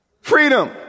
freedom